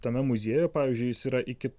tame muziejuje pavyzdžiui jis yra iki